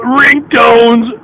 ringtones